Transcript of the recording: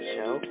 Show